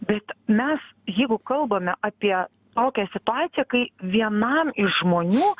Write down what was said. bet mes jeigu kalbame apie tokią situaciją kai vienam iš žmonių